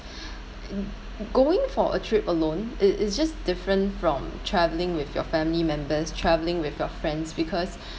going for a trip alone it it's just different from travelling with your family members travelling with your friends because